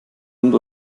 hund